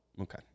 Okay